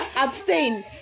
Abstain